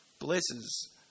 blesses